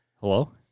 hello